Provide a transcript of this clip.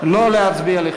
לא להצביע.